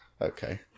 Okay